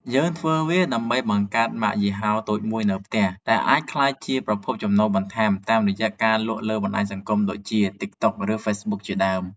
យើងធ្វើវាដើម្បីបង្កើតម៉ាកយីហោតូចមួយនៅផ្ទះ ដែលអាចក្លាយជាប្រភពចំណូលបន្ថែមតាមរយៈការលក់លើបណ្ដាញសង្គមដូចជា TikTok ឬ Facebook ជាដើម។